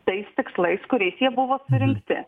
tais tikslais kuriais jie buvo surinkti